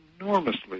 enormously